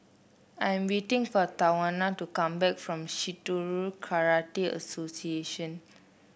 I'm waiting for Tawana to come back from Shitoryu Karate Association